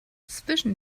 zwischen